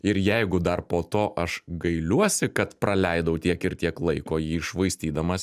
ir jeigu dar po to aš gailiuosi kad praleidau tiek ir tiek laiko jį iššvaistydamas